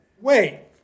Wait